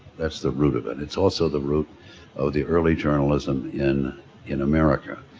that's the root of it. it's also the root of the early journalism in in america.